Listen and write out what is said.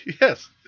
yes